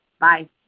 Bye